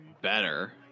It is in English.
better